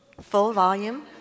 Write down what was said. full-volume